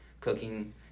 cooking